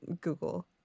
Google